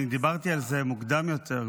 דיברתי על זה מוקדם יותר,